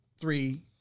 three